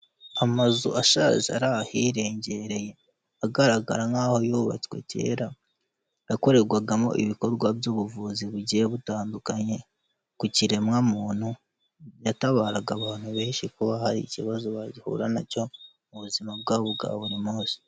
Amazu ashaje ari ahirengereye, agaragara nk'aho yubatswe kera, yakorerwagamo ibikorwa by'ubuvuzi bugiye butandukanye, ku kiremwamuntu, yatabaraga abantu benshi kuba hari ikibazo bahura nacyo mu buzima bwabo bwa buri munsi.